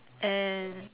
and